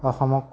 অসমক